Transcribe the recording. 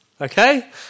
okay